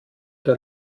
der